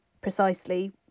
precisely